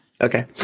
Okay